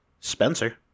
Spencer